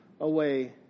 away